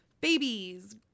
Babies